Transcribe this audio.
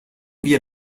wir